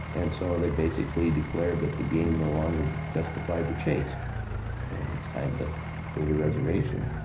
and so they basically declared that the game no longer justified the chase and it's time to go to reservation.